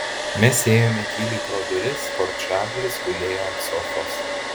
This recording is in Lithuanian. mes ėjome tyliai pro duris kol čarlis gulėjo ant sofos